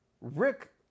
Rick